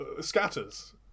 scatters